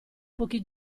pochi